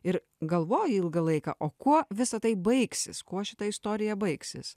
ir galvoji ilgą laiką o kuo visa tai baigsis kuo šita istorija baigsis